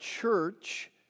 church